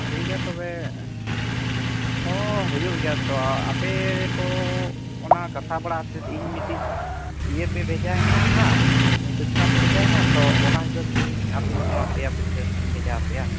ᱴᱷᱤᱠ ᱜᱮᱭᱟ ᱛᱚᱵᱮ ᱦᱚᱸ ᱦᱩᱭᱩᱜ ᱜᱮᱭᱟ ᱛᱚ ᱟᱯᱮ ᱠᱚ ᱚᱱᱟ ᱠᱟᱛᱷᱟ ᱵᱟᱲᱟ ᱠᱟᱛᱮ ᱤᱧ ᱢᱤᱫᱴᱤᱡ ᱤᱭᱟᱹ ᱯᱮ ᱵᱷᱮᱡᱟ ᱟᱹᱧᱟ ᱱᱟᱦᱟᱜ ᱥᱩᱪᱱᱟ ᱯᱮ ᱵᱷᱮᱡᱟ ᱟᱹᱧᱟ ᱛᱳ ᱚᱱᱟ ᱦᱤᱥᱟᱹᱵᱽ ᱛᱮ ᱤᱧ ᱟᱯᱮᱧ ᱮᱢᱟ ᱯᱮᱭᱟ ᱯᱩᱭᱥᱟᱹ ᱥᱮ ᱦᱟᱸᱜ ᱤᱧ ᱵᱷᱮᱡᱟ ᱟᱯᱮᱭᱟ